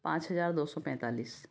पाँच हजार दो सौ पैंतालीस